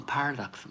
Paradox